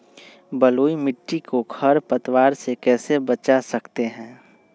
बलुई मिट्टी को खर पतवार से कैसे बच्चा सकते हैँ?